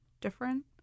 different